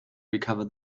recover